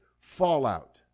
fallout